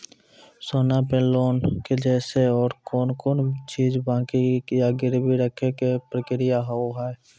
सोना पे लोन के जैसे और कौन कौन चीज बंकी या गिरवी रखे के प्रक्रिया हाव हाय?